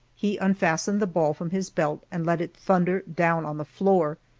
he unfastened the ball from his belt and let it thunder down on the floor,